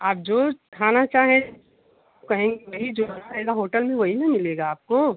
आप जो खाना चाहें कहेंगी वही जो आएगा होटल में वही ना मिलेगा आपको